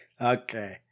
Okay